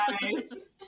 guys